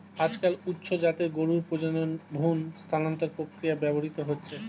আজকাল উচ্চ জাতের গরুর প্রজননে ভ্রূণ স্থানান্তর প্রক্রিয়া ব্যবহৃত হচ্ছে